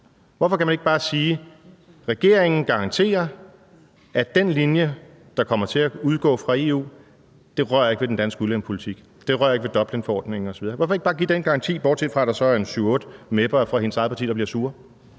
Hvorfor kan man ikke bare sige: Regeringen garanterer, at den linje, der kommer til at udgå fra EU, ikke rører ved den danske udlændingepolitik, ikke rører ved Dublinforordningen osv.? Hvorfor ikke bare give den garanti, bortset fra at der så er 7-8 mep'er fra hendes eget parti, der bliver sure?